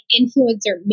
influencer